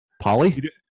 Polly